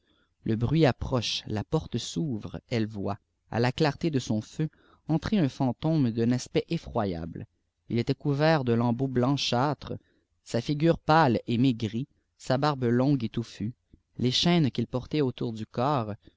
le bruit approche la porte s'ouvre elle voit àa clarté de son feu entrer un fantôme d'un aspect effroyable il était couvert de lambeaux blanchâtres sa figure pâle et maigrie sa barbe longue et touffue les chaînes qu'il portait autour du corps